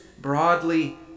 broadly